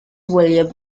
william